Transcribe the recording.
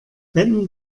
wetten